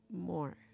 more